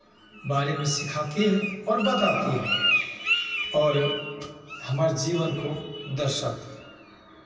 बारे में सिखाते हैं और बताते हैं और हमारे जीवन को दर्शाते हैं